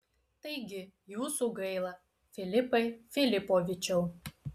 taigi jūsų gaila filipai filipovičiau